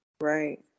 right